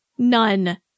None